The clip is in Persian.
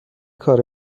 کار